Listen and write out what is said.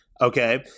Okay